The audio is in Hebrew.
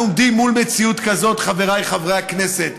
אנחנו עומדים מול מציאות כזו, חבריי חברי הכנסת.